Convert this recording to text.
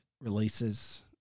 releases